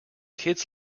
kids